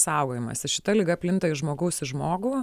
saugojamasis šita liga plinta iš žmogaus į žmogų